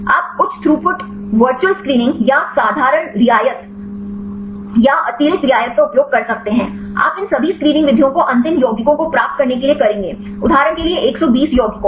आप उच्च throughput virtual screening या साधारण रियायत precession या अतिरिक्त रियायत का उपयोग कर सकते हैं आप इन सभी स्क्रीनिंग विधियों को अंतिम यौगिकों को प्राप्त करने के लिए करेंगे उदहारण के लिए 120 यौगिकों